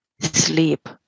Sleep